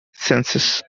senses